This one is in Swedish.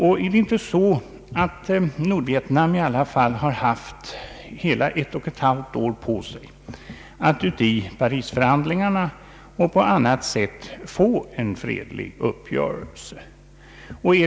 Har inte nordvietnameserna ändå haft hela ett och ett halvt år på sig att i Parisförhandlingar och på annat sätt få en fredlig uppgörelse till stånd?